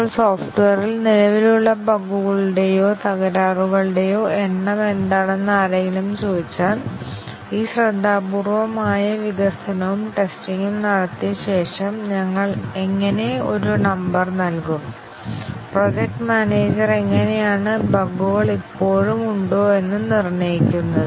ഇപ്പോൾ സോഫ്റ്റ്വെയറിൽ നിലവിലുള്ള ബഗുകളുടെയോ തകരാറുകളുടെയോ എണ്ണം എന്താണെന്ന് ആരെങ്കിലും ചോദിച്ചാൽ ഈ ശ്രദ്ധാപൂർവ്വമായ വികസനവും ടെസ്റ്റിങും നടത്തിയ ശേഷം ഞങ്ങൾ എങ്ങനെ ഒരു നമ്പർ നൽകും പ്രൊജക്റ്റ് മാനേജർ എങ്ങനെയാണ് ബഗുകൾ ഇപ്പോഴും ഉണ്ടോ എന്ന് നിർണ്ണയിക്കുന്നത്